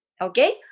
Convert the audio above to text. okay